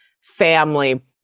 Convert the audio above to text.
family